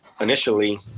initially